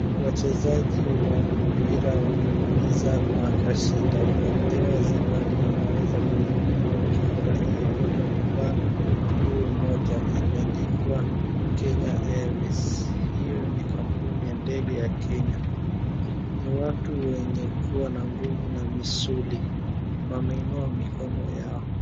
Wachezaji wa mpira wamemaliza na wakashinda wakapewa zawadi wanaweza kuinua wakifurahia wote wamevaa nguo moja yenye imeandikwa Kenya Airways, hiyo ni kampuni ya ndege ya kenya. Ni ya watu wenye kuwa na nguvu na misuli wameinua mikono yao.